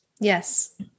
Yes